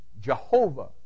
Jehovah